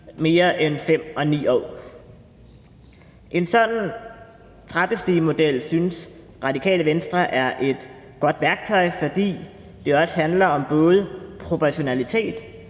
mere end 5 og 9 år. En sådan trappestigemodel synes Det Radikale Venstre er et godt værktøj, fordi det også handler om proportionalitet,